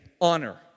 honor